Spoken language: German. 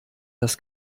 das